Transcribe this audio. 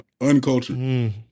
Uncultured